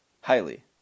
Highly